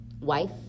wife